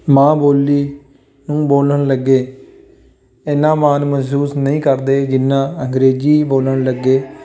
ਮਾਂ ਬੋਲੀ ਨੂੰ ਬੋਲਣ ਲੱਗੇ ਐਨਾ ਮਾਣ ਮਹਿਸੂਸ ਨਹੀਂ ਕਰਦੇ ਜਿੰਨਾ ਅੰਗਰੇਜ਼ੀ ਬੋਲਣ ਲੱਗੇ